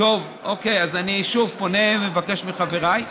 אז אני שוב פונה ומבקש מחבריי,